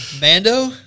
mando